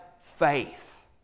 faith